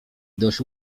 dość